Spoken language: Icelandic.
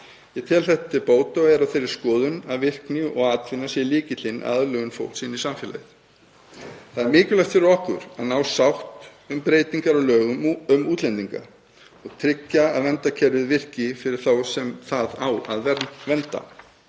Ég tel þetta til bóta og er á þeirri skoðun að virkni og atvinna sé lykillinn að aðlögun fólks inn í samfélagið. Það er mikilvægt fyrir okkur að ná sátt um breytingar á lögum um útlendinga og tryggja að verndarkerfið virki fyrir þá sem það á að vernda.